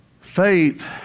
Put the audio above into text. Faith